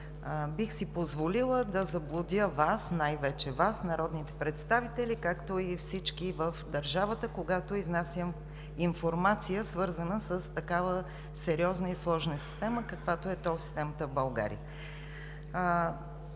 бих си позволила да заблудя Вас, най-вече Вас – народните представители, както и всички в държавата, когато изнасям информация, свързана с такава сериозна и сложна система, каквато е тол системата в България.